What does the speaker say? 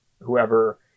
whoever